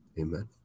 amen